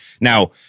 Now